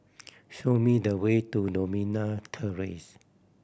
show me the way to Novena Terrace